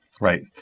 right